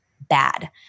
bad